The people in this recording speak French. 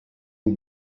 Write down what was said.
des